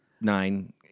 nine